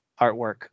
artwork